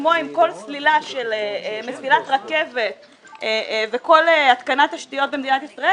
וכמו עם כל סלילה של מסילת רכבת וכל התקנת תשתיות במדינת ישראל,